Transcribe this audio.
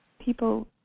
people